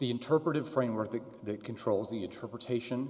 the interpretive framework that controls the interpretation